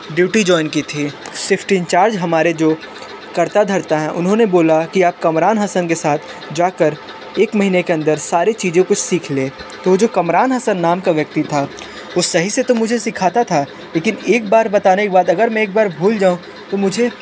duty join की थी shift incharge हमारे जो कर्ता धर्ता हैं उन्होंने बोला कि आप कमरान हसन के साथ जाकर एक महीने के अंदर सारी चीज़ों को सीख ले तो जो कमरान हसन नाम का व्यक्ति था वो सही से तो मुझे सिखाता था लेकिन एक बार बताने के बाद अगर मैं एक बार भूल जाऊं तो मुझे